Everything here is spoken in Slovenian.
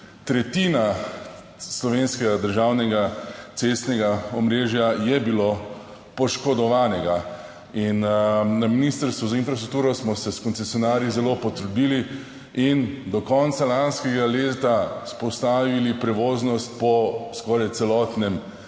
tretjina slovenskega državnega cestnega omrežja je bilo poškodovanega in na Ministrstvu za infrastrukturo smo se s koncesionarji zelo potrudili in do konca lanskega leta vzpostavili prevoznost po skoraj celotnem